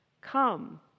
Come